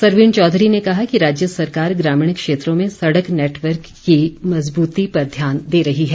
सरवीण चौधरी ने कहा कि राज्य सरकार ग्रामीण क्षेत्रों में सड़क नेटवर्क की मजबूती पर ध्यान दे रही है